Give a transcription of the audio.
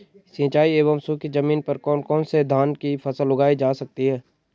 सिंचाई एवं सूखी जमीन पर कौन कौन से धान की फसल उगाई जा सकती है?